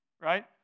right